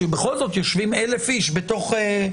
שבכל זאת יושבים 1,000 איש באולם.